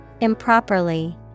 Improperly